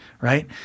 right